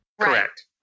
Correct